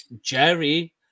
Jerry